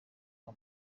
kwa